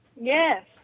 Yes